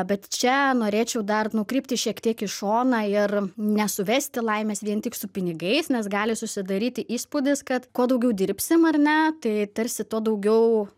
bet čia norėčiau dar nukrypti šiek tiek į šoną ir nesuvesti laimės vien tik su pinigais nes gali susidaryti įspūdis kad kuo daugiau dirbsim ar ne tai tarsi tuo daugiau